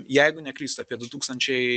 jeigu neklystu apie du tūkstančiai